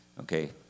Okay